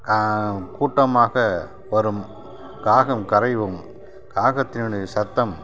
கா கூட்டமாக வரும் காகம் கரையும் காகத்தினுடைய சத்தம்